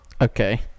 Okay